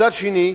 מצד שני,